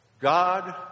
God